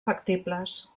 factibles